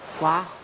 Wow